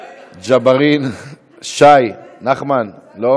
אולי נחמיאס רוצה?